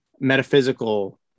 metaphysical